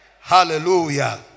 Hallelujah